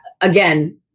again